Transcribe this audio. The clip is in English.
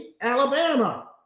Alabama